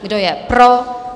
Kdo je pro?